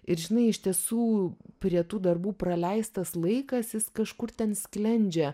ir žinai iš tiesų prie tų darbų praleistas laikas jis kažkur ten sklendžia